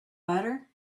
butter